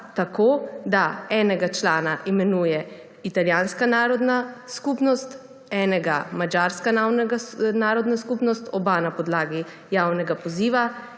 tako da enega člana imenuje italijanska narodna skupnost, enega madžarska narodna skupnost, oba na podlagi javnega poziva,